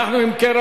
אם כן,